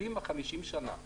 50 שנה קדימה.